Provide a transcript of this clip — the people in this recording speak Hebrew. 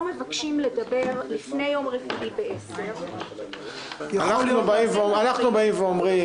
מבקשים לדבר לפני יום רביעי ב-10:00 --- אנחנו באים ואומרים